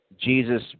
Jesus